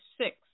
six